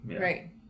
Right